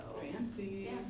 Fancy